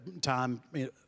time